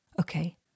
Okay